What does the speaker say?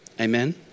Amen